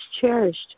cherished